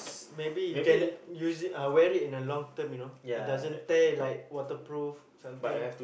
maybe you can use it wear it for the long term you know it doesn't tear like waterproof something